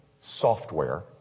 software